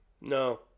No